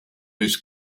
his